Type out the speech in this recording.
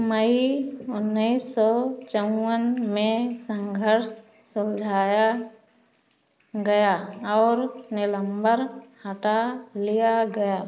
मई उन्नीस सौ चौंवन में संघर्ष सुलझाया गया और निलंबर हटा लिया गया